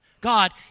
God